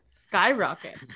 skyrocket